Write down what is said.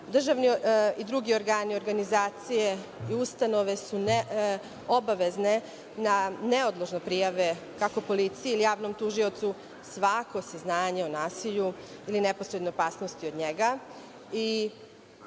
državni i drugi organi, organizacije i ustanove su obavezne na neodložne prijave, kako policiji ili javnom tužiocu svako saznanje o nasilju ili neposrednoj opasnosti od njega. Dobro